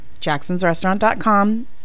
jacksonsrestaurant.com